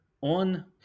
on